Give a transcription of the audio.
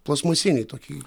plastmasinį tokį